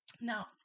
Now